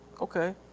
okay